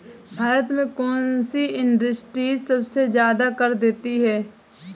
भारत में कौन सी इंडस्ट्री सबसे ज्यादा कर देती है?